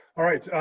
all right,